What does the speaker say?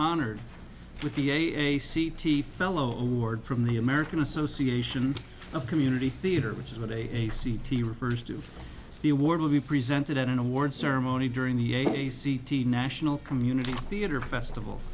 honored with the ac t fellow award from the american association of community theater which is what a cd refers to for the award will be presented at an awards ceremony during the a c t national community theater festival